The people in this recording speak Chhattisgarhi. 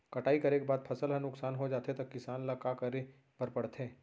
कटाई करे के बाद फसल ह नुकसान हो जाथे त किसान ल का करे बर पढ़थे?